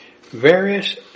various